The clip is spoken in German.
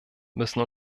müssen